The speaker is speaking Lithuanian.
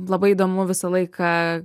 labai įdomu visą laiką